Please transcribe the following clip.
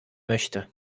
möchte